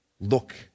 look